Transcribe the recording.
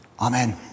Amen